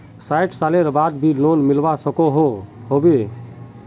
सैट सालेर बाद भी लोन मिलवा सकोहो होबे?